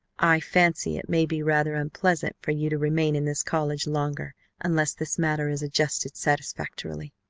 i fancy it may be rather unpleasant for you to remain in this college longer unless this matter is adjusted satisfactorily.